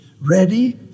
ready